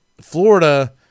Florida